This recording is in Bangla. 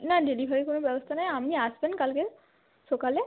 না ডেলিভারির কোনো ব্যবস্থা নাই আপনি আসবেন কালকে সকালে